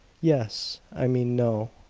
yes i mean, no.